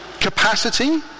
capacity